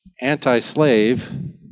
anti-slave